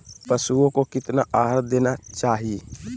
पशुओं को कितना आहार देना चाहि?